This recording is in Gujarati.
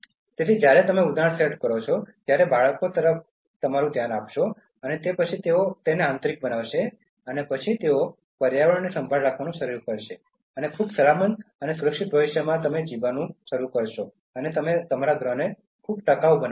તેથી જ્યારે તમે ઉદાહરણો સેટ કરો છો ત્યારે બાળકો તમારી તરફ ધ્યાન આપશે અને તે પછી તેઓ આંતરિક દ્રષ્ટિએ બનશે અને પછી તેઓ પર્યાવરણની સંભાળ રાખવાનું શરૂ કરશે અને ખૂબ સલામત અને સુરક્ષિત ભવિષ્યમાં જીવવાનું શરૂ કરશે અને આ ગ્રહને ખૂબ ટકાઉ બનાવશે